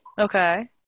Okay